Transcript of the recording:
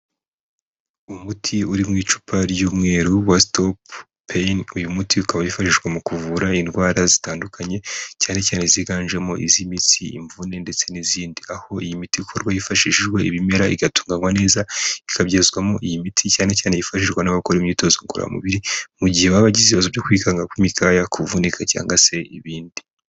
Umuti uri mu icupa ry'umweru wa stop pain. Uyu muti ukaba wifashishwa mu kuvura indwara zitandukanye cyane cyane ziganjemo iz'imitsi, imvune ndetse n'izindi, aho iyi miti ikorwa hifashishijwe ibimera, igatunganywa neza, ikabyazwamo iyi miti cyane cyane yifashishwa n'abakora imyitozo ngororamubiri mu gihe baba bagize ibibazo byo kwikanga kw'imikaya, kuvunika cyangwa se ibindi.